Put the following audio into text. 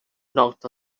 knocked